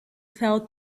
fell